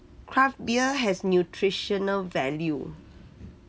craft beer has nutritional value